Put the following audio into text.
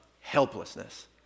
helplessness